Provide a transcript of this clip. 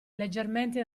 leggermente